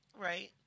Right